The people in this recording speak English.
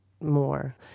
more